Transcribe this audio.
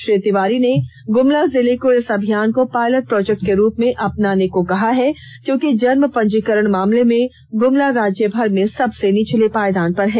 श्री तिवारी ने ग्रमला जिले को इस अभियान को पायलट प्रोजेक्ट रूप में अपनाने को कहा है क्योंकि जन्म पंजीकरण मामले में गुमला राज्यभर में सबसे नीचले पायदान पर है